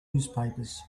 newspapers